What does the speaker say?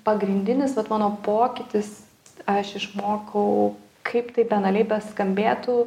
pagrindinis vat mano pokytis aš išmokau kaip tai banaliai beskambėtų